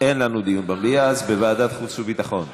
אין לנו דיון במליאה, אז בוועדת החוץ והביטחון.